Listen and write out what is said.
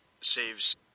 saves